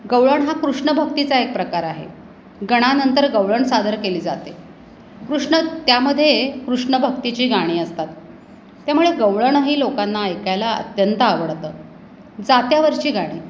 गवळण हा कृष्ण भक्तीचा एक प्रकार आहे गणानंतर गवळण सादर केली जाते कृष्ण त्यामध्ये कृष्ण भक्तीची गाणी असतात त्यामुळे गवळणही लोकांना ऐकायला अत्यंत आवडतं जात्यावरची गाणी